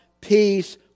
peace